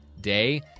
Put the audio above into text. day